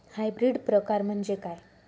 Hybrid प्रकार म्हणजे काय?